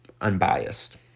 unbiased